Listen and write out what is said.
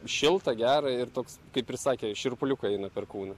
šilta gera ir toks kaip ir sakė šiurpuliukai eina per kūną